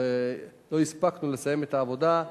לא הספקנו לסיים את העבודה.